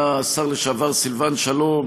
היה השר לשעבר סילבן שלום,